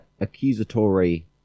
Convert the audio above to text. accusatory